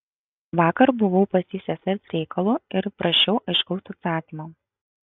vakar buvau pas jį sesers reikalu ir prašiau aiškaus atsakymo